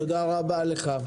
תודה רבה לך.